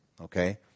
okay